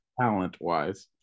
talent-wise